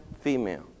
female